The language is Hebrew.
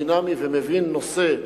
דינמי ומבין נושא.